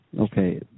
Okay